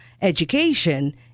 education